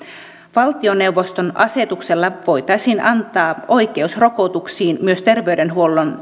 valtioneuvoston asetuksella voitaisiin antaa oikeus rokotuksiin myös terveydenhuollon